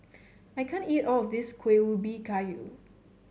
I can't eat all of this Kueh Ubi Kayu